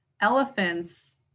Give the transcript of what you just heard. elephants